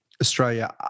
Australia